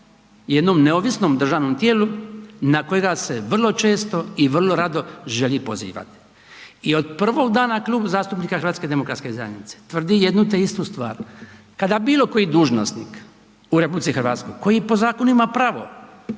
jednom neovisnom državnom tijelu na kojega se vrlo često i vrlo rado želi pozivati. I od prvog dana Klub zastupnika HDZ-a tvrdi jednu te istu stvar, kada bilo koji dužnosnik u RH koji po zakonu ima pravo